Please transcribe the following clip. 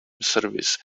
service